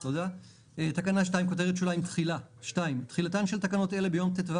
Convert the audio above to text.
2. תחילה תחילתן של תקנות אלה ביום ט"ו